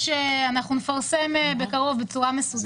אנחנו נפרסם בקרוב בצורה מסודרת.